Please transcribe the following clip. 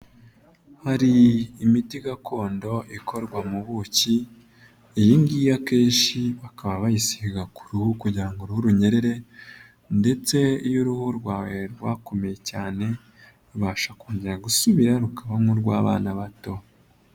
Hari imiti gakondo ikorwa mu buki, iyi ngiyi akenshi bakaba bayisiga ku ruhu kugira uruhu runyerere ndetse iyo uruhu rwawe rwakomeye cyane rubasha kongera gusubira rukaba nk'urw'abana bato.